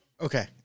Okay